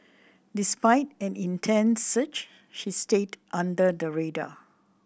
despite an intense search she stayed under the radar